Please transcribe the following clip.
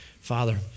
Father